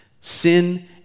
sin